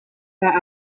martha